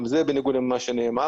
גם זה בניגוד למה שנאמר,